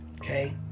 Okay